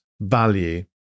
value